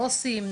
עו"סים,